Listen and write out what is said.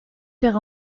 verra